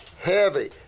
heavy